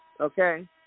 Okay